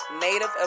Native